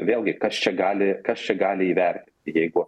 vėlgi kas čia gali kas čia gali įverti jeigu